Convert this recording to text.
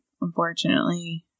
Unfortunately